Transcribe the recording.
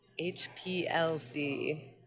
HPLC